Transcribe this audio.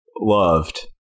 loved